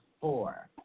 four